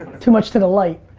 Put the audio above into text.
too much to the light.